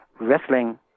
wrestling